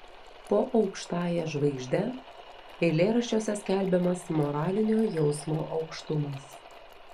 po aukštąja žvaigžde eilėraščiuose skelbiamas moralinio jausmo aukštumas